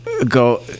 go